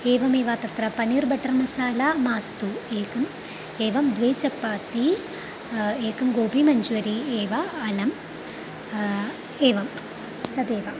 एवमेव तत्र पनीर् बटर् मसाला मास्तु एकम् एवं द्वे चप्पाती एकं गोबीमञ्चूरी एव अलम् एवं तदेव